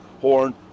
horn